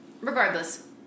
Regardless